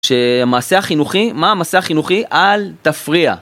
שמעשה החינוכי, מה המעשה החינוכי על תפריע.